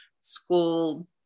school